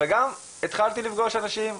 וגם התחלתי לפגוש אנשים,